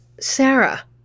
Sarah